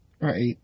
Right